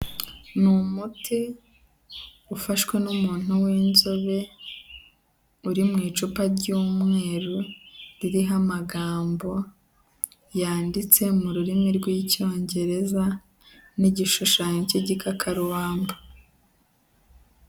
Ni umuti ufashwe n'umuntu w'inzobe, uri mu icupa ry'umweru, ririho amagambo yanditse mu rurimi rw'icyongereza n'igishushanyo cy'igikakarubamba.